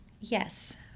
yes